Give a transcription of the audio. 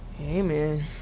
Amen